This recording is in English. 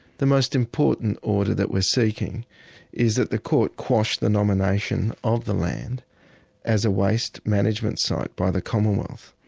the most important order that we're seeking is that the court quash the nomination of the land as a waste management site by the commonwealth.